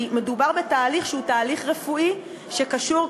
כי מדובר בתהליך שהוא תהליך רפואי שקשור,